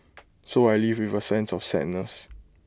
so I leave with A sense of sadness